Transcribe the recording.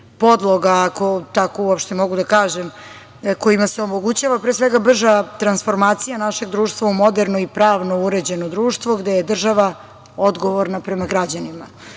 podloga, ako tako uopšte mogu da kažem, kojima se omogućava, pre svega, brža transformacija našeg društva u moderno i pravno uređeno društvo, gde je država odgovorna prema građanima.U